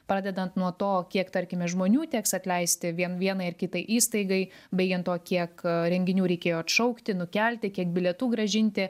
pradedant nuo to kiek tarkime žmonių teks atleisti vien vienai ar kitai įstaigai baigiant o kiek renginių reikėjo atšaukti nukelti kiek bilietų grąžinti